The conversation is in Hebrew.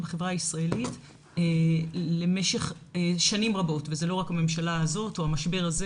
בחברה הישראלית למשך שנים רבות - וזאת לא רק הממשלה הזאת או המשבר הזה